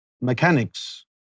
mechanics